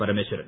Parameswaran